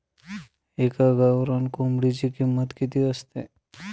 एका गावरान कोंबडीची किंमत किती असते?